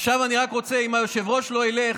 עכשיו אני רק רוצה, אם היושב-ראש לא ילך,